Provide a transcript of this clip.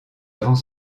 avant